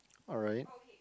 alright